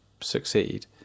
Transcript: succeed